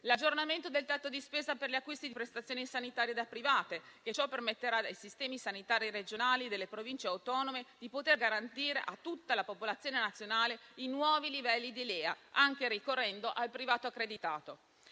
l'aggiornamento del tetto di spesa per gli acquisti di prestazioni sanitarie da privati, e ciò permetterà ai sistemi sanitari regionali e delle Province autonome di poter garantire a tutta la popolazione nazionale i nuovi livelli LEA, anche ricorrendo al privato accreditato.